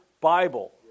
Bible